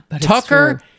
Tucker